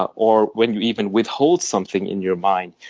ah or when you even withhold something in your mind,